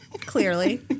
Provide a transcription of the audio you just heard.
Clearly